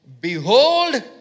Behold